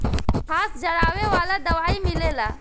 घास जरावे वाला दवाई मिलेला